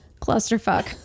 Clusterfuck